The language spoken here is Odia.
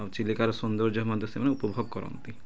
ଆଉ ଚିଲିକାର ସୌନ୍ଦର୍ଯ୍ୟ ମଧ୍ୟ ସେମାନେ ଉପଭୋଗ କରନ୍ତି